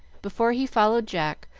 before he followed jack,